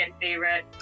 favorite